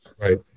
Right